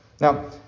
Now